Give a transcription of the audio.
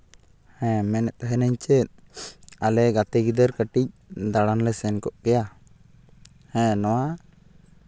ᱦᱮᱸ ᱢᱮᱱᱮᱫ ᱛᱟᱦᱮᱱᱤᱧ ᱪᱮᱫ ᱟᱞᱮ ᱜᱤᱫᱟᱹᱨ ᱠᱟᱹᱴᱤᱡ ᱫᱟᱬᱟᱱ ᱞᱮ ᱥᱮᱱ ᱠᱚᱜ ᱠᱮᱭᱟ ᱦᱮᱸ ᱱᱚᱣᱟ